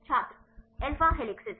छात्र alpha helices